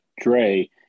Dre